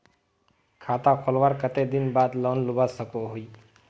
खाता खोलवार कते दिन बाद लोन लुबा सकोहो ही?